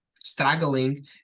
struggling